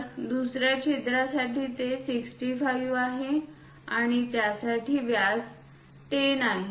तर दुसर्या छिद्रासाठी ते 65 आहे आणि त्यासाठी व्यास 10 आहे